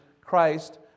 Christ